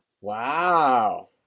Wow